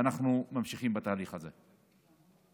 ואנחנו ממשיכים בתהליך הזה.